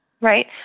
Right